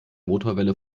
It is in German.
motorwelle